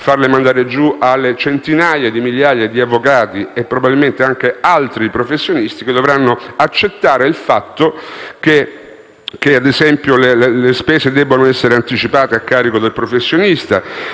farle mandare giù alle centinaia di migliaia di avvocati e, probabilmente, di altri professionisti, che dovranno accettare, ad esempio, il fatto che le spese debbano essere anticipate a carico del professionista